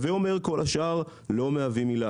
הווה אומר, כל השאר לא מהווים עילה.